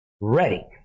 ready